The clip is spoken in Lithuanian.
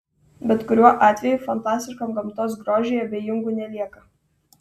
bet kuriuo atveju fantastiškam gamtos grožiui abejingų nelieka